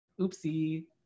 Oopsie